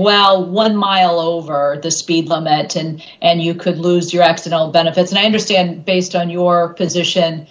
well one mile over the speed limit ten and you could lose your accident benefits not understand based on your position